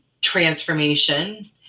transformation